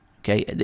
okay